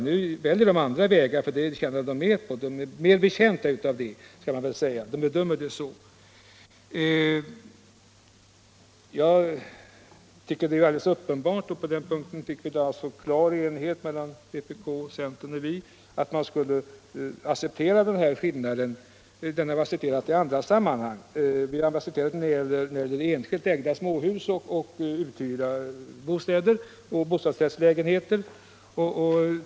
Nu väljer de andra vägar, efter som de bedömer sig vara mera betjänta av det. Det råder på denna punkt klar enighet mellan vpk, centern och oss om att man skall acceptera denna skillnad, och vi har också gjort det i andra sammanhang, t.ex. när det gäller enskilt ägda småhus, hyresbostäder och bostadsrättslägenheter.